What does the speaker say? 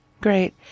Great